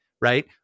Right